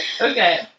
Okay